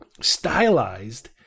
stylized